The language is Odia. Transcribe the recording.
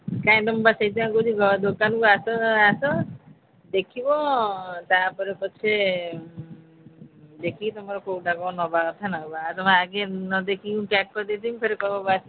କାଇଁ ତମକୁ ବା ସେଇଥିପାଇଁ କହୁଛି ଦୋକାନକୁ ଆସ ଆସ ଦେଖିବ ତାପରେ ପଛେ ଦେଖିକି ତୁମର କେଉଁଟା କ'ଣ ନବା କଥା ନବ ଆଉ ତୁମେ ଆଗେ ନଦଖି ମୁଁ ପ୍ୟାକ୍ କରି ଦେଇେଥିବି ଫେରେ କହିବ ଆସିକି